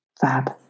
Fab